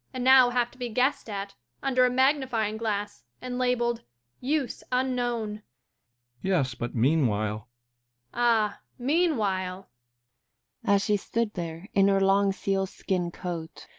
and now have to be guessed at under a magnifying glass and labelled use unknown yes but meanwhile ah, meanwhile as she stood there, in her long sealskin coat,